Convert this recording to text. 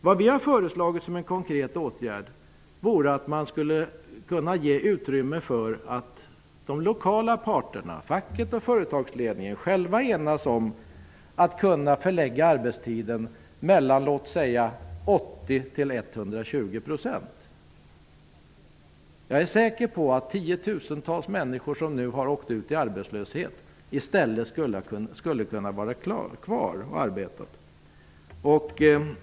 Vad vi har föreslagit som en konkret åtgärd är att ge utrymme för de lokala parterna -- facket och företagsledningen -- att själva enas om möjligheten att välja arbetstid från exempelvis 80 % till 120 %. Jag är säker på att tiotusentals människor som nu har hamnat i arbetslöshet i stället skulle kunna behålla sina arbeten.